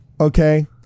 Okay